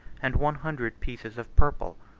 and one hundred pieces of purple.